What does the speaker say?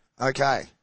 Okay